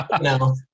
No